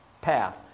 path